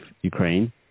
Ukraine